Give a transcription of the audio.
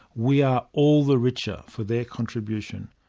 we are all the richer for their contribution.